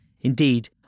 Indeed